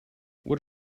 what